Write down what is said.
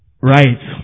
right